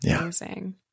amazing